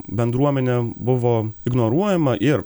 bendruomenė buvo ignoruojama ir